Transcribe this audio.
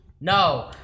no